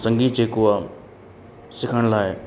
संगीत जेको आहे सिखण लाइ